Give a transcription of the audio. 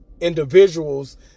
individuals